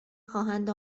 خواهند